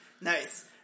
Nice